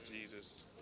Jesus